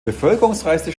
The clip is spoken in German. bevölkerungsreichste